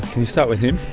can you start with him?